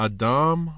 Adam